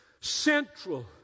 central